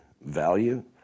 value